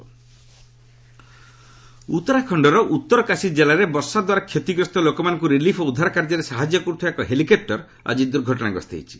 helicopter crash ଉତ୍ତରାଖଣ୍ଡର Uttarkashi ଜିଲ୍ଲାରେ ବର୍ଷାଦ୍ୱାରା କ୍ଷତିଗ୍ରସ୍ତ ଲୋକମାନଙ୍କୁ ରିଲିଫ୍ ଓ ଉଦ୍ଧାର କାର୍ଯ୍ୟରେ ସାହାଯ୍ୟ କରୁଥିବା ଏକ ହେଲିକପ୍ଟର ଆଜି ଦୁର୍ଘଟଣାଗ୍ରସ୍ତ ହୋଇଛି